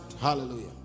Hallelujah